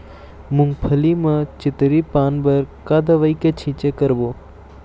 मूंगफली म चितरी पान बर का दवई के छींचे करबो?